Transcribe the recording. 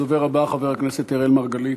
הדובר הבא, חבר הכנסת אראל מרגלית.